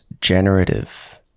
generative